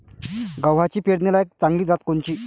गव्हाची पेरनीलायक चांगली जात कोनची?